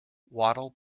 wattle